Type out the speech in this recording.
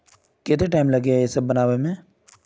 केते टाइम लगे है ये सब बनावे में?